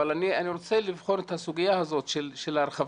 אבל אני רוצה לבחון את הסוגיה הזאת של ההרחבה.